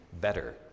better